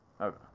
Okay